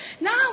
Now